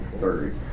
bird